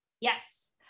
yes